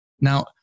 Now